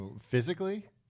physically